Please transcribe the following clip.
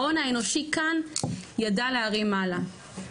ההון האנושי כאן ידע להרים מעלה.